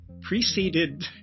preceded